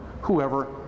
whoever